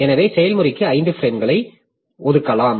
எனவே செயல்முறைக்கு 5 பிரேம்களை ஒதுக்கலாம்